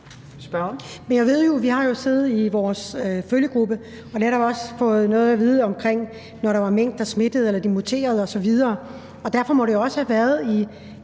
Blixt (DF): Vi har jo siddet i vores følgegruppe og netop også fået noget at vide, når der var mink, der smittede, eller hvor virus muterede osv., og derfor må det jo også have været i